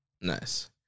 nice